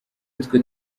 twe